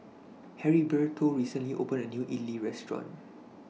Heriberto recently opened A New Idili Restaurant